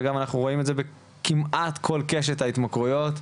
ואנחנו רואים את זה במעט בכל קשת ההתמכרויות.